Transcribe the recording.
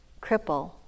cripple